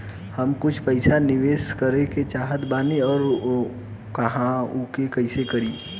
हम कुछ पइसा निवेश करे के चाहत बानी और कहाँअउर कइसे करी?